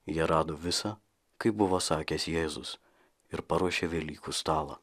jie rado visa kaip buvo sakęs jėzus ir paruošė velykų stalą